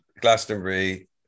Glastonbury